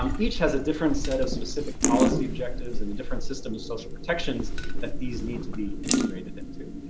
um each has a different set of specific policy objectives and the different system of social protections that these need to be integrated into.